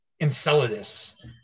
Enceladus